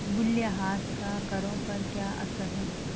मूल्यह्रास का करों पर क्या असर है?